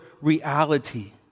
reality